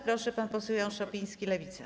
Proszę, pan poseł Jan Szopiński, Lewica.